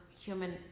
human